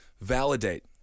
validate